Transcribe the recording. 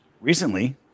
Recently